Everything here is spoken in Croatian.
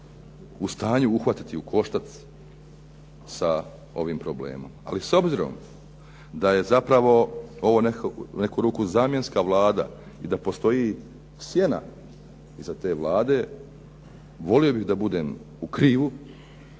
u stanju uhvatiti u koštac sa ovim problemom. Ali s obzirom da je ovo u neku ruku zamjenska Vlada i da postoji sjena iza te Vlade, volio bih da budem u krivu,